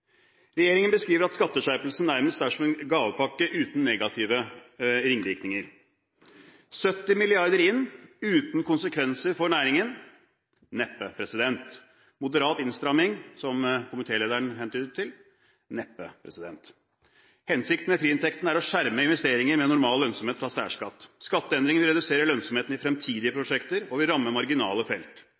Regjeringen beskriver skatteskjerpelsen nærmest som en gavepakke uten negative ringvirkninger: 70 mrd. kr inn uten konsekvenser for næringen? Neppe. Moderat innstramming, som komitélederen hentydet til? Neppe. Hensikten med friinntekten er å skjerme investeringer med normal lønnsomhet fra særskatt. Skatteendringen vil redusere lønnsomheten i fremtidige prosjekter og vil ramme marginale felt.